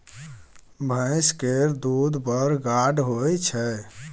भैंस केर दूध बड़ गाढ़ होइ छै